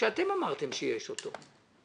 ואתם אמרתם שיש את הסכום הזה.